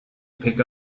pick